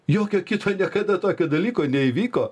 jokio kito niekada tokio dalyko neįvyko